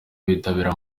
bitabiriye